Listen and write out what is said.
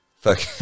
Fuck